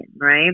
right